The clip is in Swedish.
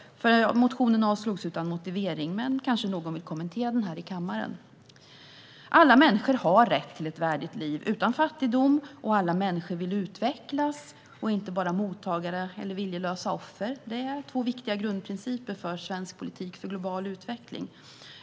Motionen avslås utan motivering, men någon kanske vill kommentera den här i kammaren. Alla människor har rätt till ett värdigt liv utan fattigdom, och alla människor vill utvecklas och är inte bara mottagare eller viljelösa offer. Det är två viktiga grundprinciper för svensk politik för global utveckling.